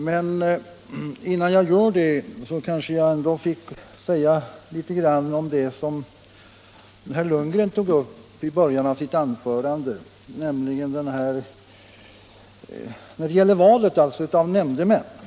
Men innan jag gör det kanske jag får säga litet om det som herr Lundgren tog upp i början av sitt anförande, nämligen valet av nämndemän.